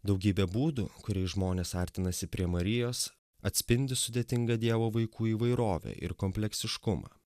daugybė būdų kuriais žmonės artinasi prie marijos atspindi sudėtingą dievo vaikų įvairovę ir kompleksiškumą